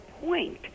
point